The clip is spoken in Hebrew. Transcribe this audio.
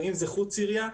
אם זה מחוץ לעירייה,